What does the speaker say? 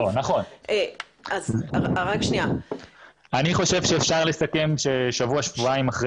אני חושב שאפשר לסכם ששבוע-שבועיים אחרי